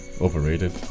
overrated